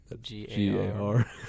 G-A-R